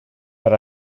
per